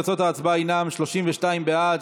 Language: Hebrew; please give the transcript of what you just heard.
תוצאות ההצבעה הן 32 בעד,